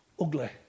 ugly